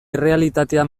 errealitatea